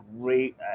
great